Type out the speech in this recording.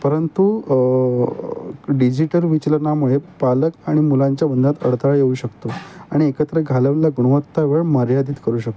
परंतु डिजिटल विचलनामुळे पालक आणि मुलांच्या बोलण्यात अडथळा येऊ शकतो आणि एकत्र घालवलेला गुणवत्ता वेळ मर्यादित करू शकतो